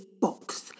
box